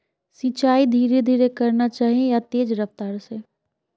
सिंचाई धीरे धीरे करना चही या तेज रफ्तार से?